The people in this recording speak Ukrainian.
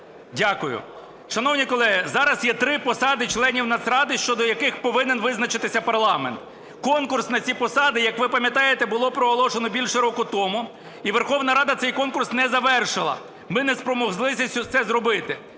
Дякую. Шановні колеги, зараз є три посади членів Нацради, щодо яких повинен визначитися парламент. Конкурс на ці посади, як ви пам'ятаєте, було проголошено більше року тому і Верховна Рада цей конкурс не завершила. Ми не спромоглися це зробити.